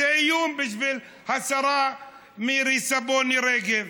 זה איום בשביל השרה מירי סיבוני רגב.